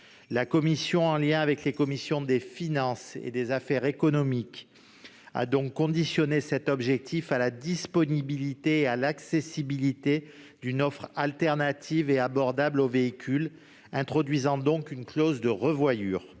La commission, en lien avec la commission des finances et la commission des affaires économiques, a donc conditionné cet objectif à la disponibilité et à l'accessibilité d'une offre alternative et abordable au véhicule, introduisant donc une clause de revoyure.